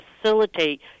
facilitate